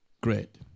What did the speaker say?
Great